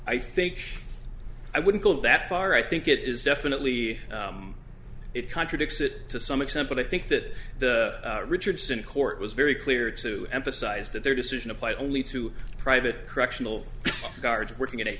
i think i wouldn't go that far i think it is definitely it contradicts it to some extent but i think that the richardson court was very clear to emphasize that their decision applies only to private correctional guards working